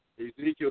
Ezekiel